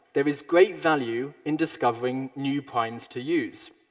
there is great value in discovering new primes to use.